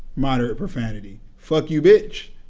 moderate profanity fuck you, bitch,